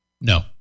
No